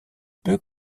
peu